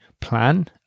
plan